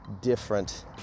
different